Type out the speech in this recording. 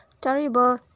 terrible